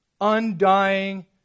undying